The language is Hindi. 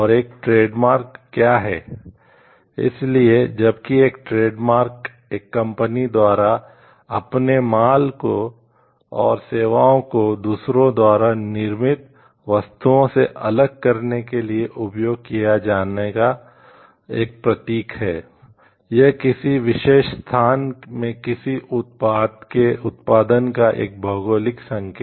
और एक ट्रेडमार्क